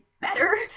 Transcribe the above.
better